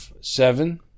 Seven